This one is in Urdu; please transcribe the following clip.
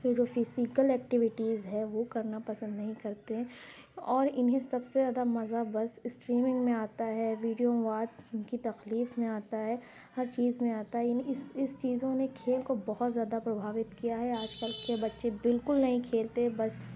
یہ جو فیزیکل ایکٹیوٹیز ہیں وہ کرنا پسند نہیں کرتے اور اِنہیں سب سے زیادہ مزہ بس اسٹریمنگ میں آتا ہے ویڈیو مواد اِن کی تخلیق میں آتا ہے ہر چیز میں آتا ہے اِن اِس اِس چیزوں میں کھیل کو بہت زیادہ پربھاوت کیا ہے آج کل کے بچے بالکل نہیں کھیلتے بس